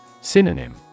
Synonym